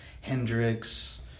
Hendrix